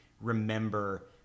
remember